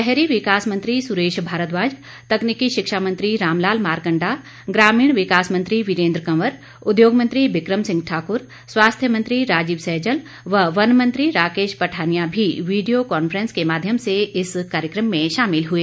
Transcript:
शहरी विकास मंत्री सुरेश भारद्वाज तकनीकी शिक्षा मंत्री रामलाल मारकंडा ग्रामीण विकास मंत्री वीरेन्द्र कंवर उद्योग मंत्री बिकम सिंह ठाकुर स्वास्थ्य मंत्री राजीव सैजल व वन मंत्री राकेश पठानिया भी वीडियो कॉन्फ्रेंस के माध्यम से इस कार्यक्रम में शामिल हुए